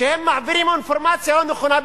שהם מעבירים אינפורמציה לא נכונה,